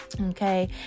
okay